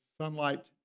sunlight